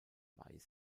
weiß